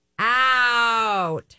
out